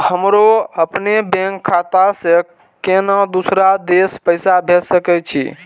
हमरो अपने बैंक खाता से केना दुसरा देश पैसा भेज सके छी?